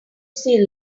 see